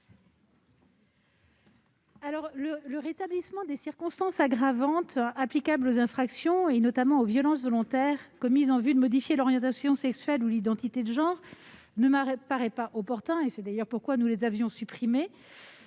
? Le rétablissement des circonstances aggravantes applicables aux infractions, notamment aux violences volontaires commises en vue de modifier l'orientation sexuelle ou l'identité de genre, ne m'apparaît pas opportun ; c'est d'ailleurs pourquoi nous avions supprimé